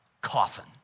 coffin